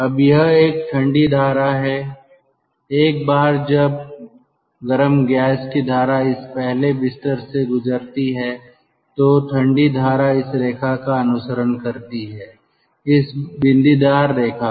अब यह एक ठंडी धारा है एक बार जब गर्म गैस की धारा इस पहले बिस्तर से गुजरती है तो ठंडी धारा इस रेखा का अनुसरण करती हैं इस बिंदीदार रेखा का